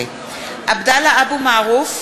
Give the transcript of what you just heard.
(קוראת בשמות חברי הכנסת) עבדאללה אבו מערוף,